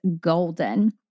golden